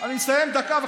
אני מסיים עוד דקה.